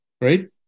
right